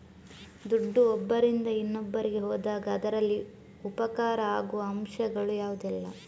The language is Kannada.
ದುಡ್ಡು ಒಬ್ಬರಿಂದ ಇನ್ನೊಬ್ಬರಿಗೆ ಹೋದಾಗ ಅದರಲ್ಲಿ ಉಪಕಾರ ಆಗುವ ಅಂಶಗಳು ಯಾವುದೆಲ್ಲ?